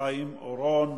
חיים אורון,